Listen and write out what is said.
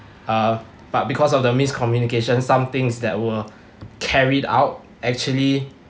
uh but because of the miscommunication some things that were carried out actually